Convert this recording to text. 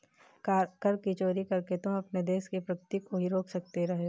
कर की चोरी करके तुम अपने देश की प्रगती को ही रोक रहे हो